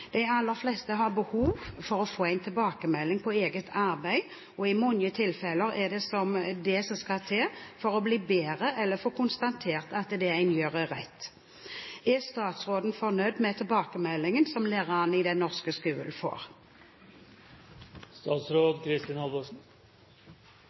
De aller fleste har behov for å få tilbakemelding på eget arbeid, som i mange tilfeller er det som skal til for å bli bedre eller få konstatert at det en gjør, er rett. Er statsråden fornøyd med tilbakemeldingen som lærerne i den norske